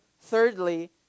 Thirdly